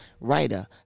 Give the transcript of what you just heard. writer